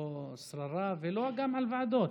לא על שררה וגם לא על ועדות.